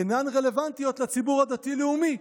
אינן רלוונטיות לציבור הדתי-לאומי,